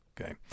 Okay